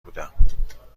بودم